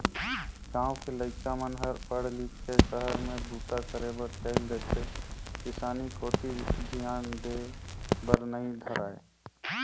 गाँव के लइका मन हर पढ़ लिख के सहर में बूता करे बर चइल देथे किसानी कोती धियान देय बर नइ धरय